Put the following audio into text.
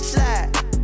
Slide